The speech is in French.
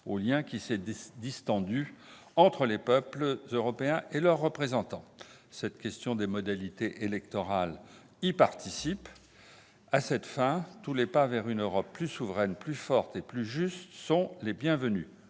au lien qui s'est distendu entre les peuples européens et leurs représentants. La question des modalités électorales y participe. À cette fin, tous les pas vers une Europe plus souveraine, plus forte et plus juste sont les bienvenus.